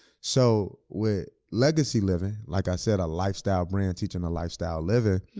so, with legacy living, like i said, a lifestyle brand teaching a lifestyle living,